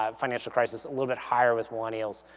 um financial crisis, a little bit higher with millennials,